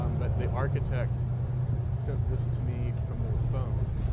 um but the architect sent this to me from their phone.